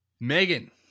Megan